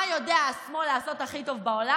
מה יודע השמאל לעשות הכי טוב בעולם?